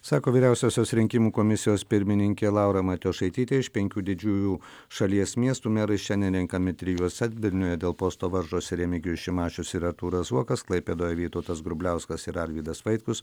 sako vyriausiosios rinkimų komisijos pirmininkė laura matijošaitytė iš penkių didžiųjų šalies miestų merai šiandien renkami trijuose vilniuje dėl posto varžosi remigijus šimašius ir artūras zuokas klaipėdoje vytautas grubliauskas ir arvydas vaitkus